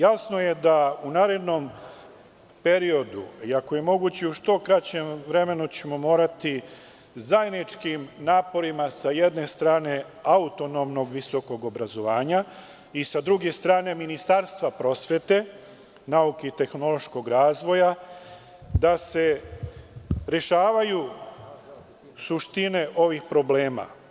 Jasno je da ćemo u narednom periodu, i ako je moguće u što kraćem vremenu, morati zajedničkim naporima, s jedne strane autonomnog visokog obrazovanja, i s druge strane Ministarstva prosvete, nauke i tehnološkog razvoja, da se rešavaju suštine ovih problema.